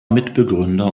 mitbegründer